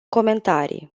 comentarii